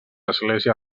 església